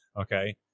Okay